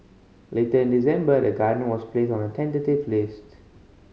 later in December the Gardens was placed on a tentative list